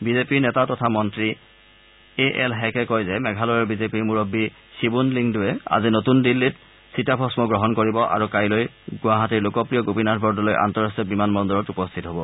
বিজেপিৰ নেতা তথা মন্নী এ এল হেকে কয় যে মেঘালয়ৰ বিজেপিৰ মুৰববী শ্বিবুন লিংডোৰে আজি নতুন দিল্লীত চিতাভস্ম গ্ৰহণ কৰিব আৰু কাইলৈ গুৱাহাটীৰ লোকপ্ৰিয় গোপীনাথ বৰদলৈ আন্তঃৰট্টীয় বিমান বন্দৰত উপস্থিত হব